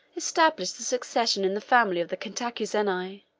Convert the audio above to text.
established the succession in the family of the cantacuzeni.